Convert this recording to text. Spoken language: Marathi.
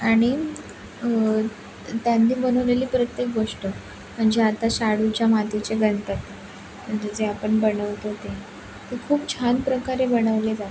आणि त्यांनी बनवलेली प्रत्येक गोष्ट म्हणजे आता शाडूच्या मातीचे गणपती म्हणजे जे आपण बनवतो ते ते खूप छान प्रकारे बनवले जातात